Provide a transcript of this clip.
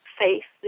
faith